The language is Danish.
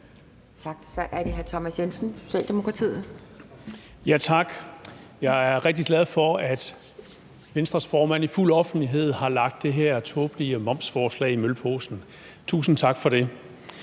Tak. Så er det hr. Thomas Jensen, Socialdemokratiet. Kl. 11:22 Thomas Jensen (S): Tak. Jeg er rigtig glad for, at Venstres formand i fuld offentlighed har lagt det her tålelige momsforslag i mølposen, tusind tak for det.